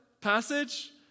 passage